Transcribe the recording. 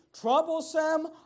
troublesome